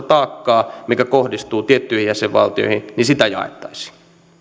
taakkaa mikä kohdistuu tiettyihin jäsenvaltioihin jaettaisiin